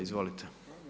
Izvolite.